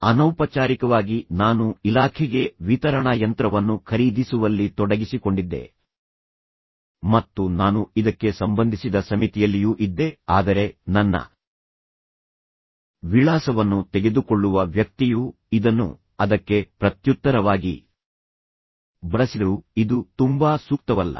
ಅನೌಪಚಾರಿಕವಾಗಿ ನಾನು ಇಲಾಖೆಗೆ ವಿತರಣಾ ಯಂತ್ರವನ್ನು ಖರೀದಿಸುವಲ್ಲಿ ತೊಡಗಿಸಿಕೊಂಡಿದ್ದೆ ಮತ್ತು ನಾನು ಇದಕ್ಕೆ ಸಂಬಂಧಿಸಿದ ಸಮಿತಿಯಲ್ಲಿಯೂ ಇದ್ದೆ ಆದರೆ ನನ್ನ ವಿಳಾಸವನ್ನು ತೆಗೆದುಕೊಳ್ಳುವ ವ್ಯಕ್ತಿಯು ಇದನ್ನು ಅದಕ್ಕೆ ಪ್ರತ್ಯುತ್ತರವಾಗಿ ಬಳಸಿದರು ಇದು ತುಂಬಾ ಸೂಕ್ತವಲ್ಲ